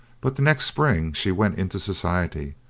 but the next spring she went into society,